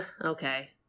okay